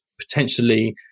potentially